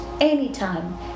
anytime